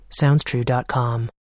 SoundsTrue.com